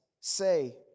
say